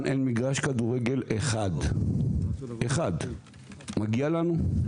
אין מגרש כדורגל אחד - אחד מגיע לנו?